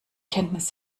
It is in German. kenntnis